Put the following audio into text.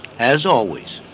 as always,